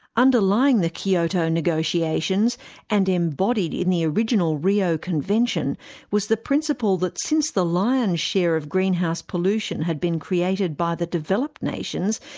underlying the kyoto negotiations and embodied in the original rio convention was the principle that since the lion's share of greenhouse pollution had been created by the developed nations,